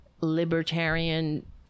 libertarian